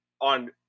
on